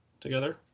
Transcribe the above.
together